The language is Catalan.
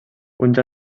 uns